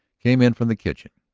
came in from the kitchen,